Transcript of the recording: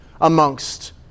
amongst